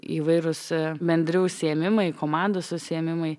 įvairūs bendri užsiėmimai komandos užsiėmimai